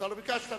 ביקשתי.